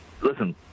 listen